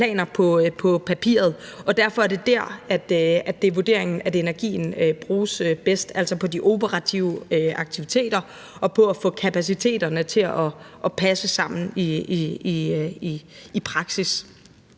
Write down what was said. end planer på papiret, og derfor er det der vurderingen, at energien bruges bedst på de operative aktiviteter og på at få kapaciteten til at passe sammen i praksis.